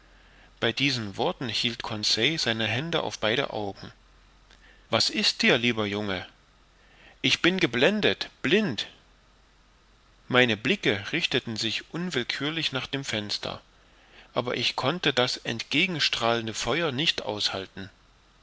bei diesen worten hielt conseil seine hände auf beide augen was ist dir lieber junge ich bin geblendet blind meine blicke richteten sich unwillkürlich nach dem fenster aber ich konnte das entgegen strahlende feuer nicht aushalten